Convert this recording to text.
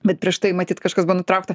bet prieš tai matyt kažkas buvo nutraukta